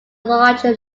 larger